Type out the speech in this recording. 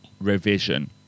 revision